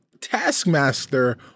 Taskmaster